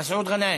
מסעוד גנאים,